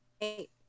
Eight